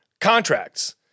contracts